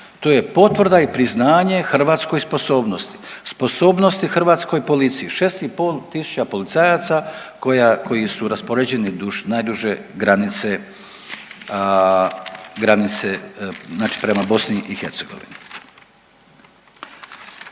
To je potvrda i priznanje hrvatskoj sposobnosti, sposobnosti hrvatskoj policiji. Šest i pol tisuća policajaca koji su raspoređeni duž najduže granice, granice znači